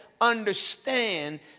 understand